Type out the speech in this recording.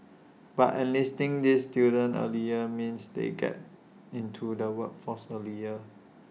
but enlisting these students earlier means they get into the workforce earlier